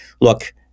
look